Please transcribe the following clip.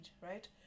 right